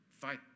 fight